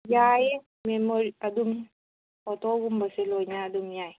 ꯌꯥꯏ ꯑꯗꯨꯝ ꯐꯣꯇꯣꯒꯨꯝꯕꯁꯦ ꯂꯣꯏꯅ ꯑꯗꯨꯝ ꯌꯥꯏ